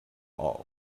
evolved